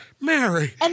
Mary